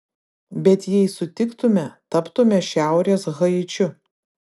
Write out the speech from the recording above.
bet jei sutiktume taptume šiaurės haičiu